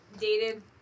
dated